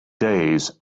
days